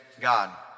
God